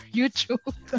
YouTube